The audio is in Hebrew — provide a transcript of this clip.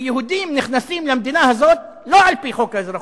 כי יהודים נכנסים למדינה הזאת לא על-פי חוק האזרחות,